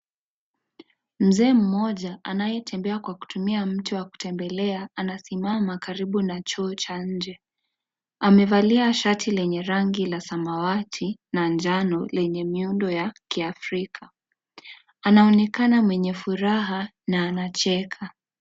Mzee mmoja anayetembea kwa kutumia mti wa kutembelea anasimama karibu na choo cha nje. Amevalia shati lenye rangi la samawati na njano yenye miundo wa Kiafrika. Anaoneka mwenye furaha na anacheka.